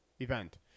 Event